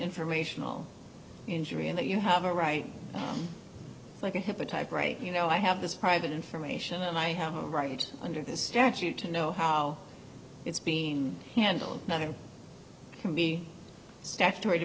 informational injury in that you have a right like a hipaa type right you know i have this private information and i have a right under this statute to know how it's being handled nothing can be statutory